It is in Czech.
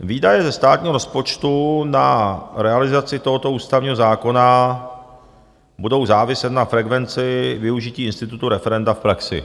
Výdaje ze státního rozpočtu na realizaci tohoto ústavního zákona budou záviset na frekvenci využití institutu referenda v praxi.